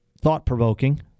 thought-provoking